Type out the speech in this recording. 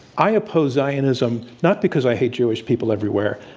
i oppose zionism, not because i hate jewish people everywhere.